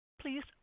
please